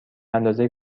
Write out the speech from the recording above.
اندازه